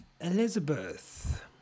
elizabeth